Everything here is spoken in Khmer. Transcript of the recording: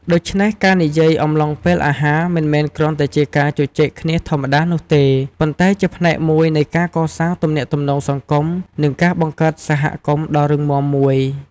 ដូច្នេះ ការនិយាយអំឡុងពេលអាហារ មិនមែនគ្រាន់តែជាការជជែកគ្នាធម្មតានោះទេ ប៉ុន្តែជាផ្នែកមួយនៃការកសាងទំនាក់ទំនងសង្គម និងការបង្កើតសហគមន៍ដ៏រឹងមាំមួយ។